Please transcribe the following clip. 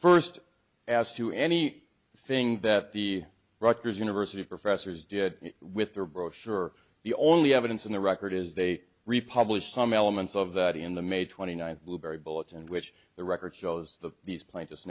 first as to any thing that the rutgers university professors did with their brochure the only evidence in the record is they republics some elements of that in the may twenty ninth blueberry bullet in which the record shows that these pla